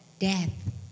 death